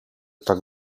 tak